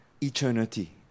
eternity